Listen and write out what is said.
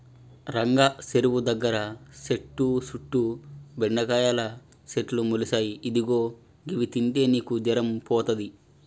రంగా సెరువు దగ్గర సెట్టు సుట్టు బెండకాయల సెట్లు మొలిసాయి ఇదిగో గివి తింటే నీకు జరం పోతది